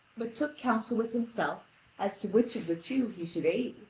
but took counsel with himself as to which of the two he should aid.